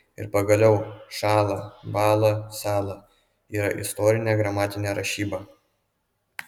ir pagaliau šąla bąla sąla yra istorinė gramatinė rašyba